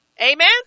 Amen